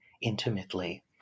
intimately